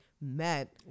met